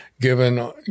given